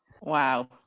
wow